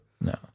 No